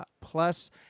Plus